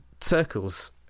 circles